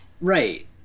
Right